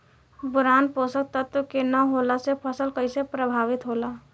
Boron पोषक तत्व के न होला से फसल कइसे प्रभावित होला?